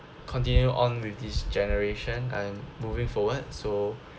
continue on with this generation I'm moving forward so